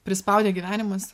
prispaudė gyvenimas